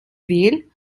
will